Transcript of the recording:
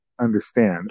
understand